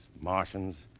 Martians